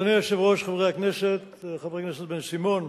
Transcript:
אדוני היושב-ראש, חברי הכנסת, חבר הכנסת בן-סימון,